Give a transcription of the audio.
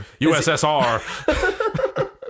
USSR